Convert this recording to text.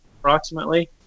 approximately